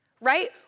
right